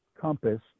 compass